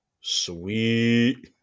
sweet